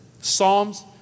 Psalms